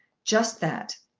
just that.